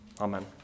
Amen